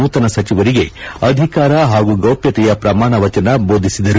ನೂತನ ಸಚಿವರಿಗೆ ಅಧಿಕಾರ ಪಾಗೂ ಗೌಪ್ಯತೆಯ ಪ್ರಮಾಣವಚನ ಬೋಧಿಸಿದರು